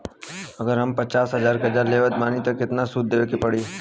अगर हम पचास हज़ार कर्जा लेवत बानी त केतना सूद देवे के पड़ी?